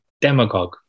demagogue